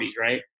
right